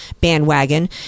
bandwagon